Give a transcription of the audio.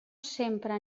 sempre